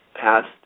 past